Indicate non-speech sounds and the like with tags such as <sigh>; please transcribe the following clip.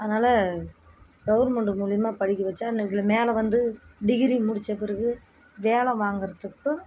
அதனால் கவுர்மெண்டு மூலிமா படிக்க வச்சா <unintelligible> மேலே வந்து டிகிரி முடித்த பிறகு வேலை வாங்கிறத்துக்கும்